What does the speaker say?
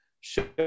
show